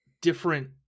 different